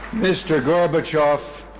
mr. gorbachev,